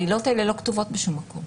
העילות האלה לא כתובות בשום מקום.